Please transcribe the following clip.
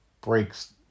breaks